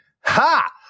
Ha